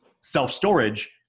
self-storage